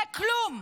זה כלום.